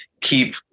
keep